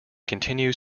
continues